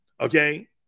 Okay